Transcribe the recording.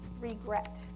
regret